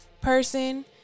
person